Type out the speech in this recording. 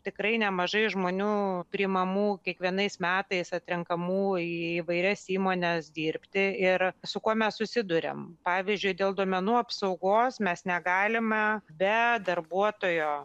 tikrai nemažai žmonių priimamų kiekvienais metais atrenkamų į įvairias įmones dirbti ir su kuo mes susiduriam pavyzdžiui dėl duomenų apsaugos mes negalime be darbuotojo